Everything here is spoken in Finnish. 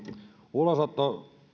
ulosoton